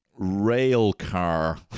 Railcar